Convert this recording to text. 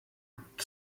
out